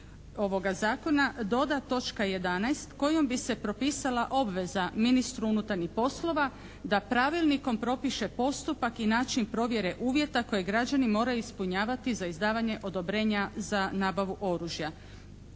ovoga zakona doda točka 11. kojom bi se pripisala obvezu ministru unutarnjih poslova da pravilnikom propiše postupak i način provjere uvjeta koji građani moraju ispunjavati za izdavanje odobrenja za nabavu oružja.